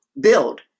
build